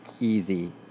easy